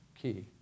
key